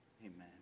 Amen